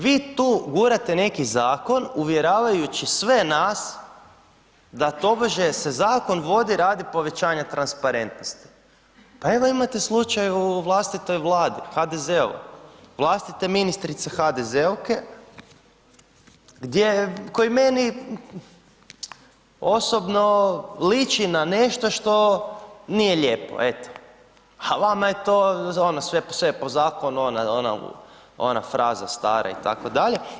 Vi tu gurate neki zakon uvjeravajući sve nas da tobože se zakon vodi radi povećanja transparentnosti, pa evo imate slučaj u vlastitoj Vladi, HDZ-ovoj, vlastite ministrice HDZ-ovke gdje, koji meni osobno liči na nešto što nije lijepo, eto, a vama je to ono sve je po zakonu, ona fraza stara itd.